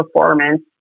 performance